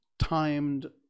Timed